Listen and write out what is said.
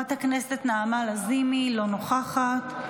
חברת הכנסת נעמה לזימי, לא נוכחת.